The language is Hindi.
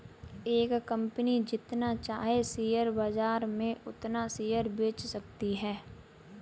एक कंपनी जितना चाहे शेयर बाजार में उतना शेयर बेच सकती है